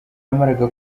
yamaraga